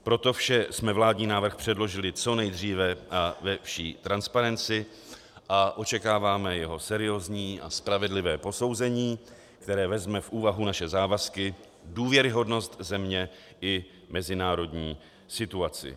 Pro to vše jsme vládní návrh předložili co nejdříve a ve vší transparenci a očekáváme jeho seriózní a spravedlivé posouzení, které vezme v úvahu naše závazky, důvěryhodnost země i mezinárodní situaci.